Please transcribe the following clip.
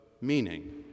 meaning